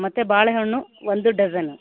ಮತ್ತು ಬಾಳೆಹಣ್ಣು ಒಂದು ಡಜನ್